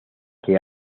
que